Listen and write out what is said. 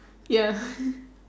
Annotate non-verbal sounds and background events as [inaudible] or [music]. ya [laughs]